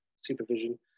supervision